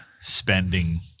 spending